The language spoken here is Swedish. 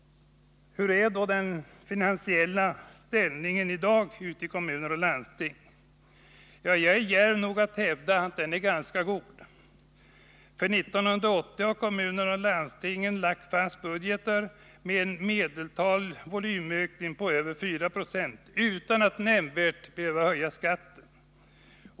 Hur är då den finansiella ställningen i kommuner och landsting i dag? Ja, jag var djärv nog att hävda att den är ganska god. För 1980 har kommunerna och landstingen lagt fast budgeter med en volymökning på i medeltal över 4 90 utan att nämnvärt behöva höja skatten.